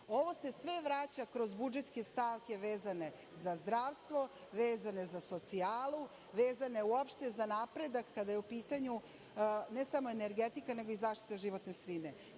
Ovo se sve vraća kroz budžetske stavke vezane za zdravstvo, vezane za socijalu, vezane uopšte za napredak kada je u pitanju ne samo energetika, nego i zaštita životne sredine. Zbog